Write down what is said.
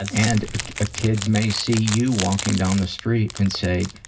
ah and ah a kid may see you walking down the street and say,